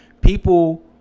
People